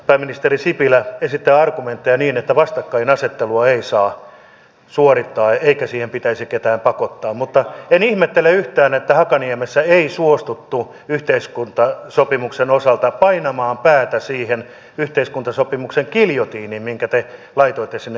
pääministeri sipilä esittää argumentteja että vastakkainasettelua ei saa suorittaa eikä siihen pitäisi ketään pakottaa mutta en ihmettele yhtään että hakaniemessä ei suostuttu yhteiskuntasopimuksen osalta painamaan päätä siihen yhteiskuntasopimuksen giljotiiniin minkä te laitoitte sinne ylle